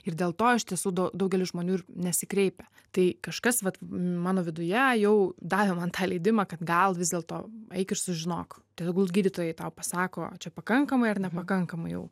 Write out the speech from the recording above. ir dėl to iš tiesų do daugelis žmonių nesikreipia tai kažkas vat mano viduje jau davė man tą leidimą kad gal vis dėlto eik ir sužinok tai tegul gydytojai tau pasako čia pakankamai ar nepakankamai jau